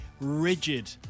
rigid